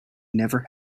never